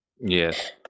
Yes